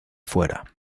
fuera